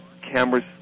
cameras